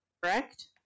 correct